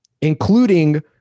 including